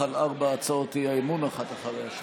על ארבע הצעות האי-אמון אחת אחרי השנייה.